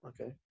Okay